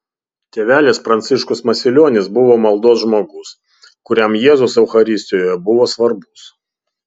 tėvelis pranciškus masilionis buvo maldos žmogus kuriam jėzus eucharistijoje buvo svarbus